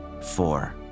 four